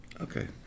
Okay